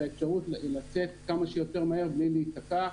האפשרות לצאת כמה שיותר מהר בלי להתקע.